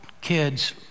kids